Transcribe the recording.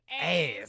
ass